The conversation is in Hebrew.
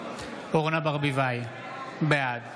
אורנה ברביבאי, בעד